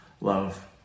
love